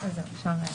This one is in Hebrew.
אנחנו עוברים לסעיף (ח).